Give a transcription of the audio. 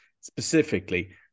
specifically